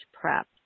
prep